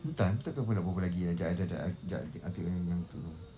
entah eh tak tahu nak berbual apa lagi eh jap jap jap eh I tangok yang tu